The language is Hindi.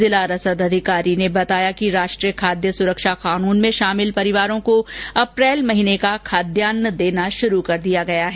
जिला रसद अधिकारी ने बताया कि राष्ट्रीय खाद्य सुरक्षा कानून में शामिल परिवारों को अप्रैल माह का खाद्यान्न देना शुरू कर दिया गया है